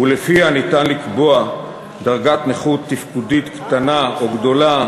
ולפיה אפשר לקבוע דרגת נכות תפקודית קטנה או גדולה,